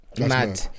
Mad